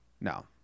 No